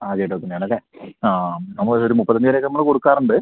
ആദ്യമായിട്ട് വെക്കുന്നതാണല്ലേ ആ നമ്മളൊരു മുപ്പത്തഞ്ച് വരെയൊക്കെ നമ്മൾ കൊടുക്കാറുണ്ട്